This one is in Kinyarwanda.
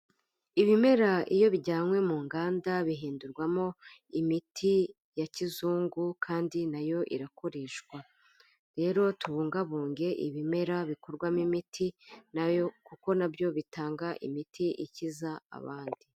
Ibimera iyo bijyanywe mu nganda bihindurwamo imiti ya kizungu kandi nayo irakoreshwa, rero tubungabunge ibimera bikorwamo imiti, nayo kuko nabyo bitanga imiti ikiza abandi.